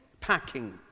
Packing